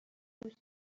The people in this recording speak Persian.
دوست